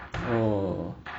oh